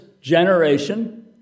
generation